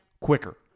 quicker